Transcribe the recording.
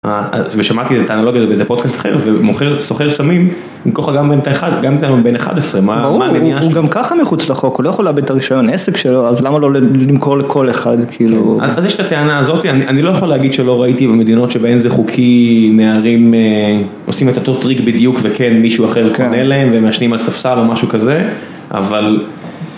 ושמעתי את האנלוג הזה בפודקאסט ומוכר סוחר סמים עם כוח אגם בין 1 גם בין 11 מה הוא גם ככה מחוץ לחוק הוא לא יכול להבין את הרישיון העסק שלו אז למה לא נמכור לכל אחד כאילו אני לא יכול להגיד שלא ראיתי במדינות שבהן זה חוקי נערים עושים את אותו טריק בדיוק וכן מישהו אחר קנה להם ומשנים על ספסל או משהו כזה אבל.